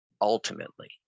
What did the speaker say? ultimately